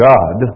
God